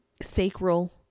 Sacral